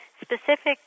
specific